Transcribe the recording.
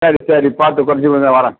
சரி சரி பார்த்து குறச்சிக்குடுங்க வரேன்